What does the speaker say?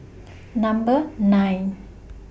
Number nine